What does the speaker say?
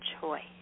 choice